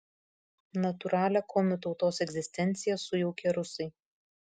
natūralią komių tautos egzistenciją sujaukė rusai